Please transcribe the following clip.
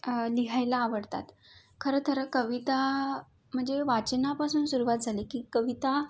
ल लिहायला आवडतात खरंतर कविता म्हणजे वाचनापासून सुरुवात झाली की कविता